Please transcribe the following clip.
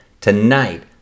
tonight